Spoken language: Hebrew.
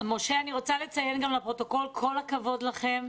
משה, אני רוצה לציין גם לפרוטוקול, כל הכבוד לכם,